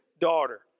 daughter